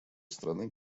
страны